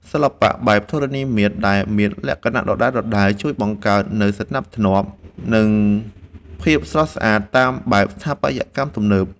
សិល្បៈបែបធរណីមាត្រ ដែលមានលក្ខណៈដដែលៗ ជួយបង្កើតនូវសណ្ដាប់ធ្នាប់ និងភាពស្រស់ស្អាតតាមបែបស្ថាបត្យកម្មទំនើប។